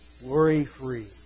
worry-free